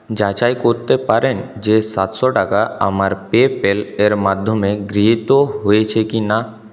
যাচাই করতে পারেন যে সাতশো টাকা আমার পেপ্যাল এর মাধ্যমে গৃহীত হয়েছে কিনা